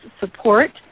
support